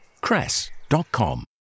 cress.com